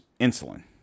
insulin